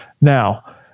Now